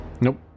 nope